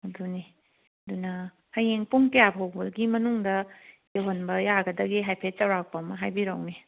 ꯑꯗꯨꯅꯤ ꯑꯗꯨꯅ ꯍꯌꯦꯡ ꯄꯨꯡ ꯀꯌꯥ ꯐꯥꯎꯕꯒꯤ ꯃꯅꯨꯡꯗ ꯌꯧꯍꯟꯕ ꯌꯥꯒꯗꯒꯦ ꯍꯥꯏꯐꯦꯠ ꯆꯥꯎꯔꯛꯄ ꯑꯃ ꯍꯥꯏꯕꯤꯔꯛꯎꯅꯦ